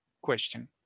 question